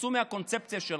תצאו מהקונספציה שלכם,